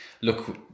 look